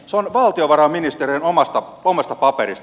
se on valtiovarainministeriön omasta paperista